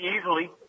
easily